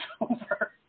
over